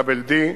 דאבל D,